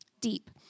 Deep